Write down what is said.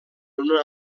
una